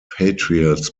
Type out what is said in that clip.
patriots